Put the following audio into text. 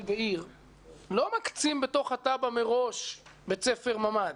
לא מקצים בתב"ע מראש בית ספר ממ"ד.